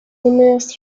húmedas